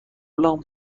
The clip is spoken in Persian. لامپ